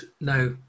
Now